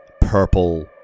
purple